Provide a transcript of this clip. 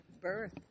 birth